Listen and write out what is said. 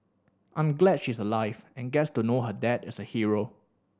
I'm glad she's alive and gets to know her dad is a hero